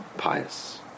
pious